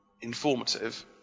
informative